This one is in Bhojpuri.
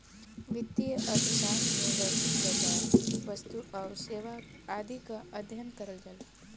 वित्तीय अर्थशास्त्र में वैश्विक बाजार, वस्तु आउर सेवा आदि क अध्ययन करल जाला